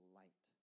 light